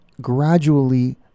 gradually